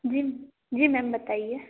जी जी मैम बताइए